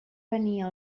venia